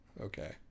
Okay